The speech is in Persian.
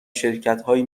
شرکتهایی